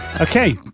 Okay